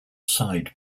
side